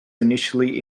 initially